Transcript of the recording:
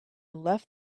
left